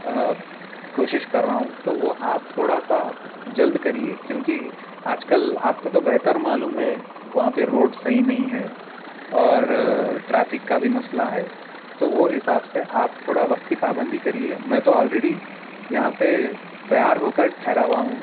کوشش کر رہا ہوں تو وہ آپ تھوڑا سا جلد کریئے کیوں کہ آج کل آپ کو تو بہتر معلوم ہے وہاں پہ روڈ صحیح نہیں ہے اور ٹرافک کا بھی مسئلہ ہے تو وہ حساب سے آپ تھوڑا وقت کی پابندی کریئے میں تو آل ریڈی یہاں پہ تیار ہو کر ٹھہرا ہُوا ہوں